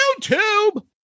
YouTube